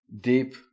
deep